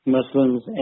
Muslims